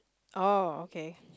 oh okay